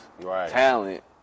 talent